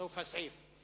סוף הסעיף.